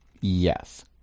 yes